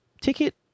ticket